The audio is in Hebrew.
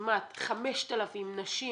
לכמע 5,000 נשים